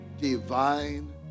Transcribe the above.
Divine